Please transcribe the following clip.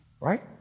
Right